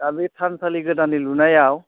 दा बे थानसालि गोदानै लुनायाव